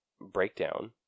breakdown